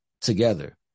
together